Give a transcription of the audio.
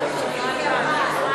לוועדת החוקה, חוק ומשפט נתקבלה.